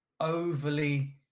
Overly